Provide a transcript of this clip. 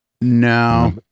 No